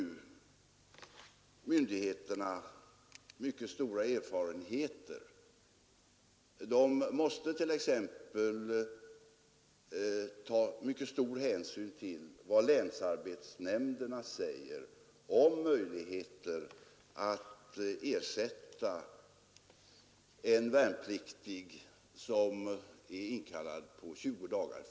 Myndigheterna har mycket stora erfarenheter på det området. De måste t.ex. ta mycket stor hänsyn till vad länsarbetsnämnderna säger om möjligheten att ersätta en värnpliktig som är inkallad på 20 dagar.